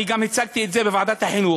ואני גם הצגתי את זה בוועדת החינוך: